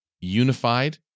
unified